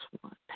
one